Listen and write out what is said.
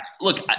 look